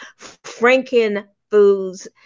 Franken-Foods